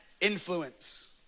Influence